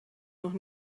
noch